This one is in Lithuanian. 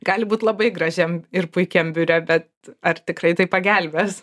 gali būt labai gražiam ir puikiam biure bet ar tikrai tai pagelbės